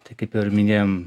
tai kaip ir minėjom